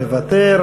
מוותר,